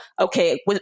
okay